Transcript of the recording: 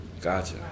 Gotcha